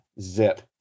zip